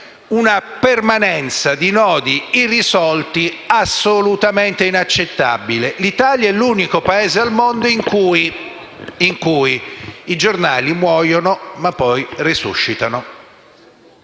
una permanenza di nodi irrisolti assolutamente inaccettabile. L'Italia è l'unico Paese al mondo in cui i giornali muoiono, ma poi resuscitano